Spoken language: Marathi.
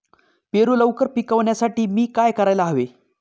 पेरू लवकर पिकवण्यासाठी मी काय करायला हवे?